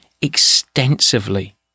extensively